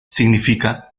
significa